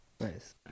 Nice